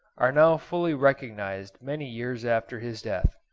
are now fully recognised many years after his death.